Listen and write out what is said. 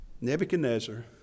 Nebuchadnezzar